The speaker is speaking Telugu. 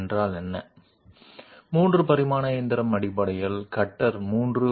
3 డైమెన్షనల్ మ్యాచింగ్ తప్పనిసరిగా కట్టర్ యొక్క 3 డైమెన్షనల్ కదలికను కలిగి ఉంటుంది